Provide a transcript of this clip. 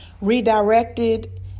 redirected